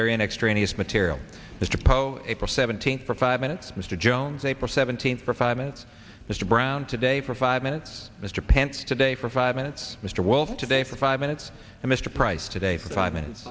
their in extraneous material mr poe april seventeenth for five minutes mr jones april seventeenth for five minutes mr brown today for five minutes mr pence today for five minutes mr wells today for five minutes and mr price today for five minutes